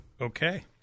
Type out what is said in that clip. Okay